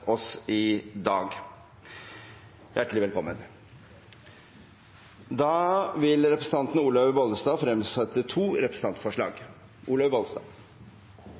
oss i dag. Hjertelig velkommen! Representanten Olaug V. Bollestad vil fremsette to representantforslag.